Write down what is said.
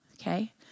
okay